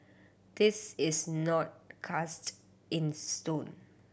this is not cast in stone